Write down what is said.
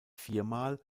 viermal